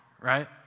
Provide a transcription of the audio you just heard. right